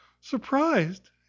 Surprised